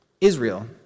Israel